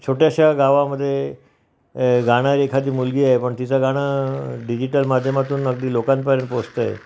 छोट्याशा गावामदे गाण्या एखादी मुलगी आहे पण तिचं गाणं डिजिटल माध्यमातून अगदी लोकांपर्यंत पोचतंय